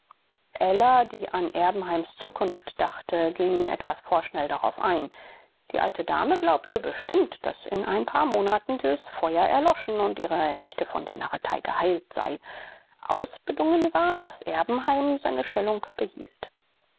ella die an erbenheims zukunft dachte ging etwas vorschnell darauf ein die alte dame glaubte bestimmt daß in ein paar monaten dieses feuer erloschen und ihre nichte von der narretei geheilt sei ausbedungen war daß erbenheim seine stellung behielt